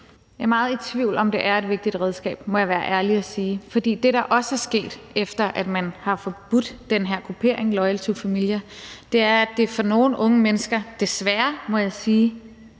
Jeg er meget i tvivl om, om det er et rigtigt redskab, må jeg være ærlig at sige, for det, der også er sket, efter at man har forbudt den her gruppering, Loyal To Familia, er, at det for nogle unge mennesker – desværre, må jeg sige